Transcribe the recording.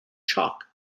chalk